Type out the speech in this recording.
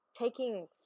taking